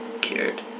cured